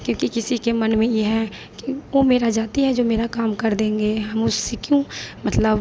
क्योंकि किसी के मन में यह है कि वह मेरी जाति है जो मेरा काम कर देंगे हम उससे क्यों मतलब